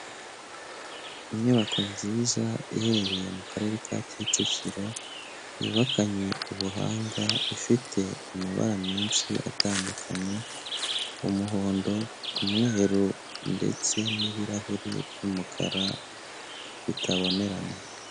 Inyubako nziza iherereye mu Karere ka Kicukiro, yubakanye ubuhanga, ifite amabara menshi atandukanye: umuhondo, umweru ndetse n'ibirahuri by'umukara bitabonerana.